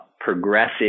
progressive